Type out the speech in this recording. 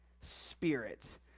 spirit